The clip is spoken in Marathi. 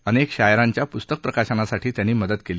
अनेक शायरांच्या पुस्तक प्रकाशनासाठी त्यांनी मदत केली